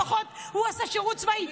לפחות הוא עשה שירות צבאי.